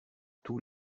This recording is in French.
tous